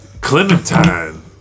Clementine